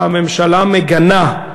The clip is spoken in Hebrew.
הממשלה מגנה,